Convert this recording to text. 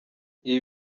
ibi